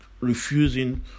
refusing